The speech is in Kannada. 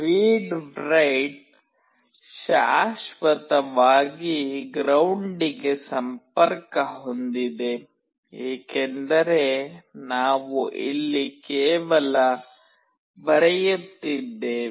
ರೀಡ್ರೈಟ್Readwrite ಶಾಶ್ವತವಾಗಿ ಗ್ರೌಂಡಿಗೆ ಸಂಪರ್ಕ ಹೊಂದಿದೆ ಏಕೆಂದರೆ ನಾವು ಇಲ್ಲಿ ಕೇವಲ ಬರೆಯುತ್ತಿದ್ದೇವೆ